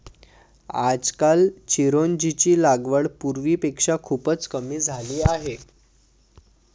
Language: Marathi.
आजकाल चिरोंजीची लागवड पूर्वीपेक्षा खूपच कमी झाली आहे